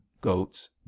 goats